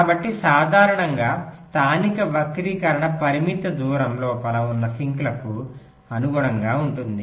కాబట్టి సాధారణంగా స్థానిక వక్రీకరణ పరిమిత దూరం లోపల ఉన్న సింక్లకు అనుగుణంగా ఉంటుంది